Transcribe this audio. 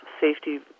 safety